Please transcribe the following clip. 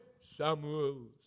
Samuel